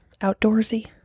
outdoorsy